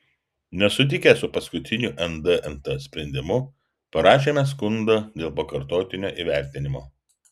nesutikę su paskutiniu ndnt sprendimu parašėme skundą dėl pakartotinio įvertinimo